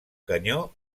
canyó